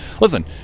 listen